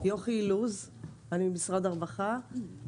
יוכי אילוז ממשרד הרווחה.